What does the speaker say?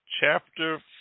chapter